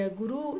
guru